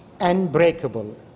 unbreakable